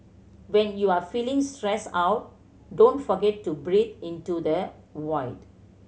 when you are feeling stressed out don't forget to breathe into the void